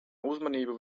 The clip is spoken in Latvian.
uzmanību